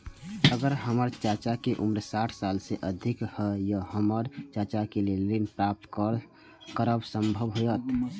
अगर हमर चाचा के उम्र साठ साल से अधिक या ते हमर चाचा के लेल ऋण प्राप्त करब संभव होएत?